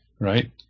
right